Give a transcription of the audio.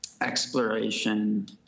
exploration